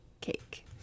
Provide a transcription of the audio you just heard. Cake